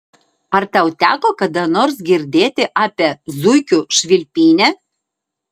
ar tau teko kada nors girdėti apie zuikių švilpynę